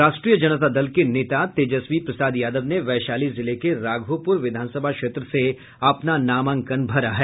राष्ट्रीय जनता दल के नेता तेजस्वी प्रसाद यादव ने वैशाली जिले के राघोपुर विधानसभा क्षेत्र से अपना नामांकन भरा है